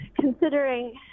considering